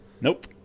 Nope